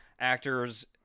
Actors